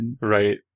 Right